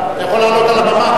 אתה יכול גם לעלות על הבמה,